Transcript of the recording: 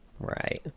Right